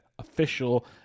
official